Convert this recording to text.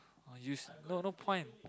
use no no point